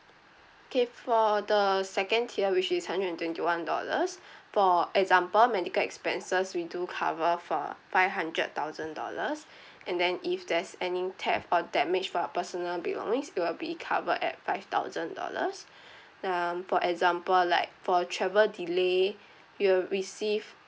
okay for the second tier which is hundred and twenty one dollars for example medical expenses we do cover for five hundred thousand dollars and then if there's any theft or damage for personal belongings it will be cover at five thousand dollars um for example like for travel delay you will receive